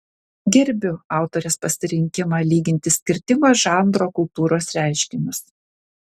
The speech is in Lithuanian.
gerbiu autorės pasirinkimą lyginti skirtingo žanro kultūros reiškinius